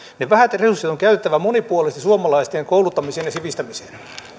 ne vähät resurssit on käytettävä monipuolisesti suomalaisten kouluttamiseen ja sivistämiseen